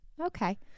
Okay